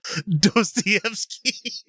Dostoevsky